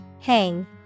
Hang